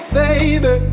baby